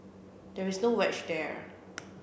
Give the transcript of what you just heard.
there is no wedge there